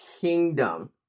kingdom